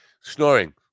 snoring